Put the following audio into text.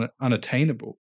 unattainable